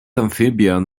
amphibian